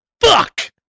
Fuck